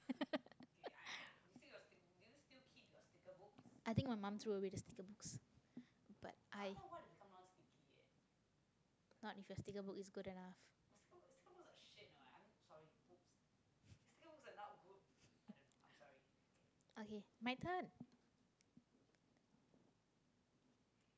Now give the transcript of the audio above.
i think my mum threw away the sticker books but i not if the sticker book is good enough okay my turn